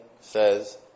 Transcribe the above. says